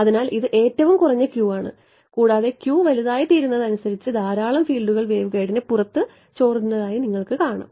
അതിനാൽ ഇത് ഏറ്റവും കുറഞ്ഞ Q ആണ് കൂടാതെ Q വലുതായിത്തീരുന്നതിനനുസരിച്ച് ധാരാളം ഫീൽഡുകൾ വേവ്ഗൈഡിന് പുറത്ത് ചോർന്നൊലിക്കുന്നതായി കാണാം